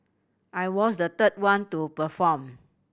I was the third one to perform